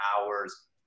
hours